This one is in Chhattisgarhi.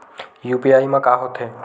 यू.पी.आई मा का होथे?